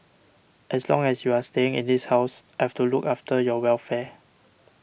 as long as you are staying in this house I've to look after your welfare